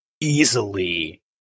easily